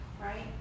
right